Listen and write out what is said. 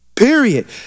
Period